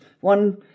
one